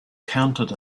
counted